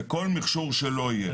ובכל מכשור שלא יהיה.